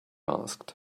asked